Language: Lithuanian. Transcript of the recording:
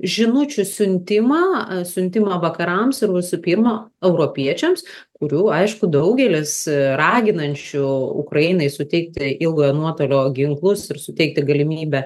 žinučių siuntimą a siuntimą vakarams ir visų pirma europiečiams kurių aišku daugelis raginančių ukrainai suteikti ilgojo nuotolio ginklus ir suteikti galimybę